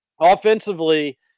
Offensively